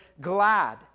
glad